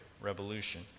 revolution